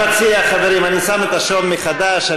אני מציע, חברים, אני שם את השעון מחדש.